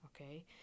okay